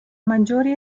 maggiori